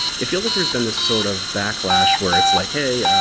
it feels like there's been this sort of backlash where it's like, hey, yeah